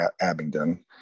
Abingdon